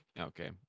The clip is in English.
Okay